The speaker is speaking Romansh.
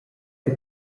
che